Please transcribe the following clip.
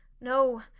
No